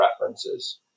references